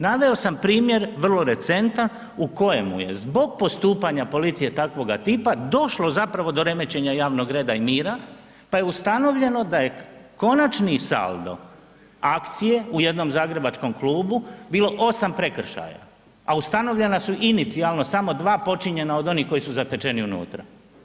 Naveo sam primjer, vrlo recentan u kojemu je zbog postupanja policije takvoga tipa došlo zapravo do remećenja javnog reda i mira pa je ustanovljeno da je konačni saldo akcije u jednom zagrebačkom klubu bilo 8 prekršaja a ustanovljena su inicijalno samo dva počinjena od onih koji su zatečeni unutra.